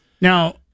Now